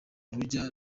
urujya